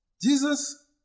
Jesus